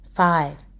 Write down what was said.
Five